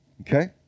okay